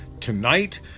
tonight